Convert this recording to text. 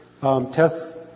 tests